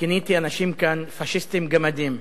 כיניתי אנשים כאן "פאשיסטים גמדים".